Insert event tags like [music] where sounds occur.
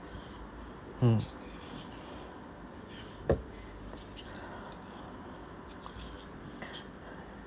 mm [breath]